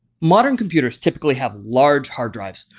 modern computers typically have large hard drives,